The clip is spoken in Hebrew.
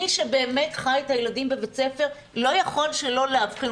מי שבאמת חי את הילדים בבית הספר לא יכול שלא להבחין.